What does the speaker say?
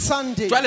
Sunday